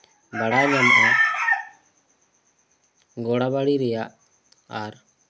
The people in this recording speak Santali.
ᱜᱚᱲᱟᱵᱟᱲᱤ ᱨᱮᱭᱟᱜ ᱟᱨ